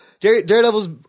Daredevil's